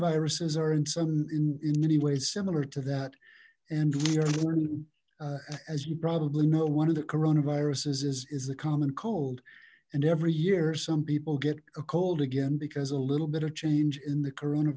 viruses are in some in many ways similar to that and we are learning as you probably know one of the corona viruses is is the common cold and every year some people get a cold again because a little bit of change in the corona